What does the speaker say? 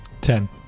Ten